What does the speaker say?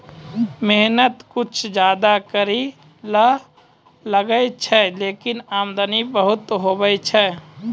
मेहनत कुछ ज्यादा करै ल लागै छै, लेकिन आमदनी बहुत होय छै